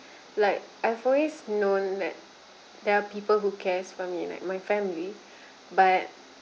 like I've always known that there are people who cares for me like my family but